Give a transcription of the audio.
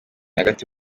hagati